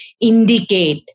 indicate